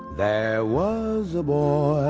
there was a ball